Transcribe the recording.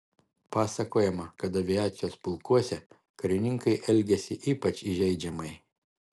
pasakojama kad aviacijos pulkuose karininkai elgėsi ypač įžeidžiamai